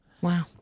Wow